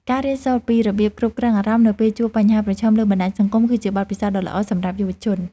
ការរៀនសូត្រពីរបៀបគ្រប់គ្រងអារម្មណ៍នៅពេលជួបបញ្ហាប្រឈមលើបណ្តាញសង្គមគឺជាបទពិសោធន៍ដ៏ល្អសម្រាប់យុវជន។